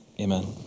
Amen